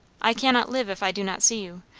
i cannot live if i do not see you.